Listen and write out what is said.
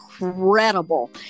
incredible